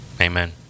Amen